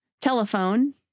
Telephone